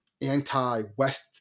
anti-West